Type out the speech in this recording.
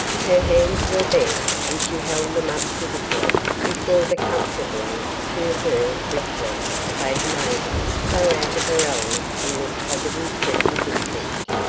her hands were bare and she held them up pitifully before the comfortably to her richly clad maiden so out of her element in this poverty-stricken district.